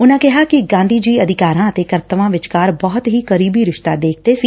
ਉਨੂਾ ਕਿਹਾ ਕਿ ਗਾਂਧੀ ਜੀ ਅਧਿਕਾਰਾਂ ਅਤੇ ਕਰਤੱਵਾਂ ਵਿਚਕਾਰ ਬਹੁਤ ਹੀ ਕਰੀਬੀ ਰਿਸ਼ਤਾ ਦੇਖਦੇ ਸੀ